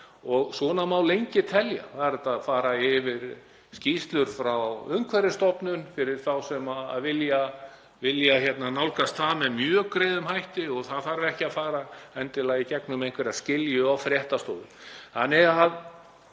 og svona má lengi telja. Það er hægt að fara yfir skýrslur frá Umhverfisstofnun fyrir þá sem vilja nálgast þær með mjög greiðum hætti og það þarf ekki að fara endilega í gegnum einhverja skilju á fréttastofu.